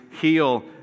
heal